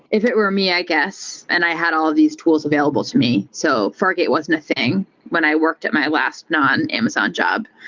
if it were me, i guess, and i had all of these tools available to me. so fargate wasn't a thing when i worked at my last non-amazon job.